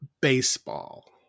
baseball